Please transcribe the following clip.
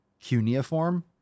cuneiform